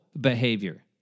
behavior